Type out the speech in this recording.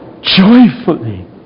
joyfully